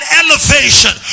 elevation